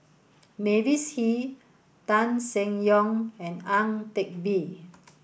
Mavis Hee Tan Seng Yong and Ang Teck Bee